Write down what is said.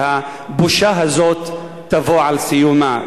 שהבושה הזאת תבוא אל סיומה,